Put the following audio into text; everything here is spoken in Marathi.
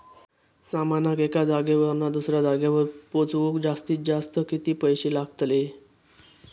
सामानाक एका जागेवरना दुसऱ्या जागेवर पोचवूक जास्तीत जास्त किती पैशे लागतले?